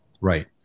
Right